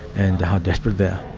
and how desperate they are.